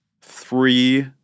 Three